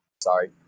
sorry